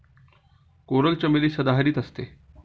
coral चमेली सदाहरित असते